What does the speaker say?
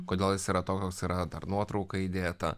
kodėl jis yra toks yra dar nuotrauka įdėta